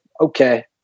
Okay